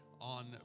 on